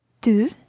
du